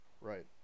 Right